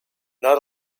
not